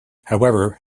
however